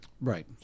Right